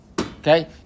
Okay